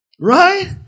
Right